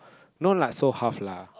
no lah so half lah